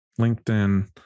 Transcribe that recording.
LinkedIn